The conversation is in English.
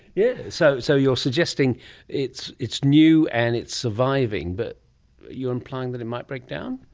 yeah so so you're suggesting it's it's new and it's surviving, but you're implying that it might break down?